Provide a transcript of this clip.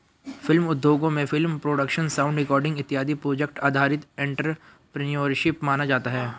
film उद्योगों में film production sound recording इत्यादि प्रोजेक्ट आधारित एंटरप्रेन्योरशिप माना जाता है